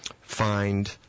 find